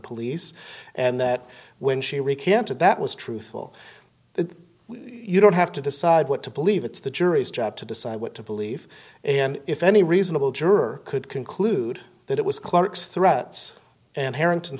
police and that when she recanted that was truthful you don't have to decide what to believe it's the jury's job to decide what to believe and if any reasonable juror could conclude that it was clark's threats and harrington